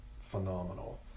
phenomenal